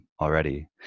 already